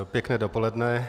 Pěkné dopoledne.